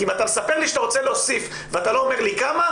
כי אם אתה מספר לי שאתה רוצה להוסיף ואתה לא אומר לי כמה,